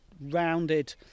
rounded